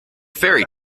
fairy